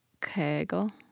Kegel